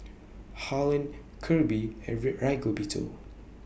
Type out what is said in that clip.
Harlen Kirby and Ray Rigoberto